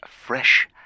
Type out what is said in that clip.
fresh